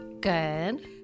good